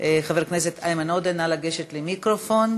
חבר הכנסת איימן עודה, נא לגשת למיקרופון.